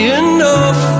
enough